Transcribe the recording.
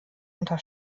unter